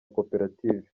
koperative